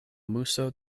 muso